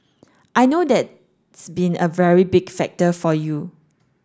I know that's been a very big factor for you